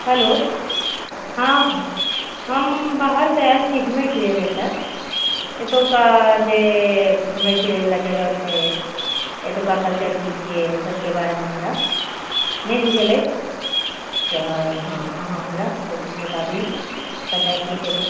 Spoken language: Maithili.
हेलो हँ हँ हम बाहरसंँ आयल छी घूमै फिरै लऽ एतऽ एतुका जे घूमै फिरै बला जगह छै एतुका कल्चर की छियै ओसभके बारेमे हमरा नहि बुझल अछि तऽ अहाँ हमरा ओसभ चीज बता दियौ कतऽ की छै